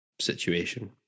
situation